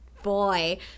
Boy